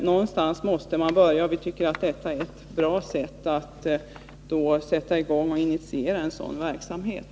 Någonstans måste vi börja, och vi tycker att det aktuella sättet är bra för att initiera sådan verksamhet.